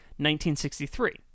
1963